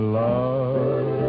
love